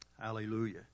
Hallelujah